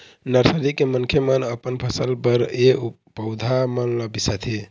nursery के मनखे मन अपन फसल बर ए पउधा मन ल बिसाथे